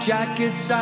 Jackets